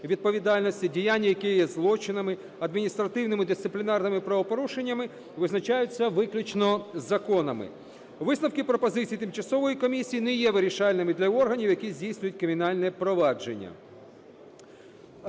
відповідальності, діяння, які є злочинами, адміністративними, дисциплінарними правопорушеннями визначаються виключно законами. Висновки, пропозиції тимчасової комісії не є вирішальними для органів, які здійснюють кримінальне провадження.